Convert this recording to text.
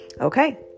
Okay